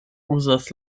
uzas